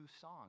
song